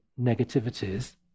negativities